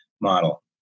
Model